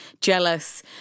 Jealous